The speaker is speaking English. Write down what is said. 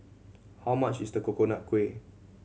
how much is the Coconut Kuih